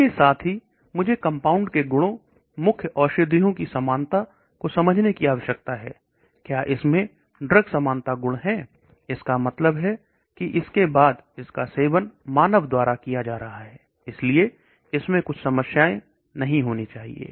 इसके साथ ही मुझे कंपाउंड औषधियों की समानता को समझने की आवश्यकता है क्या इसमें ड्रग समानता गुण हैं इसका मतलब है कि इसके बाद इसका सेवन मानव द्वारा किया जा सकता है इसलिए इसमें कुछ समस्याएं नहीं होनी चाहिए